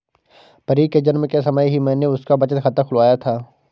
परी के जन्म के समय ही मैने उसका बचत खाता खुलवाया था